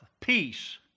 peace